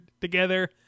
together